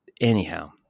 anyhow